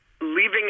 leaving